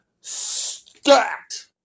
stacked